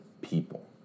people